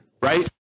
Right